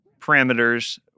parameters